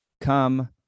Come